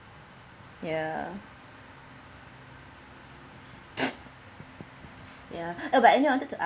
ya ya but I wanted to ask